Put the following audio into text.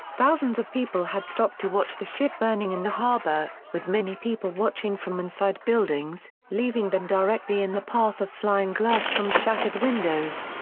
thousands of people had stopped to watch the ship burning in the harbour, with many people watching from inside buildings, leaving them directly in the path of flying glass from shattered windows.